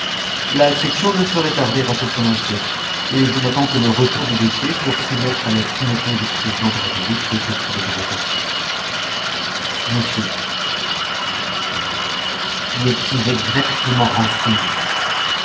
la section ne saurait tarder à se prononcer et je n'attends que le retour du dossier pour soumettre à la signature du président de la république le décret d'autorisation si monsieur et il souligna qui est si exactement renseigné